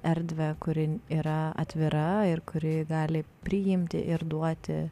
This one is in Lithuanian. erdvę kuri yra atvira ir kuri gali priimti ir duoti